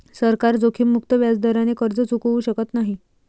सरकार जोखीममुक्त व्याजदराने कर्ज चुकवू शकत नाही